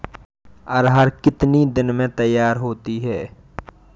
अरहर कितनी दिन में तैयार होती है?